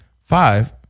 five